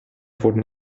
wurden